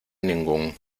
ningún